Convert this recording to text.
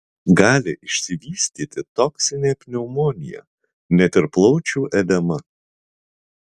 gali išsivystyti toksinė pneumonija net ir plaučių edema